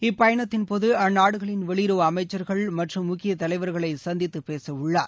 இப்பயணத்தின்போது அந்நாடுகளின் வெளியுறவு அமைச்சர்கள் மற்றும் முக்கிய தலைவர்களை சந்தித்துப்பேசவுள்ளார்